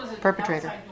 Perpetrator